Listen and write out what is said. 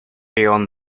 beyond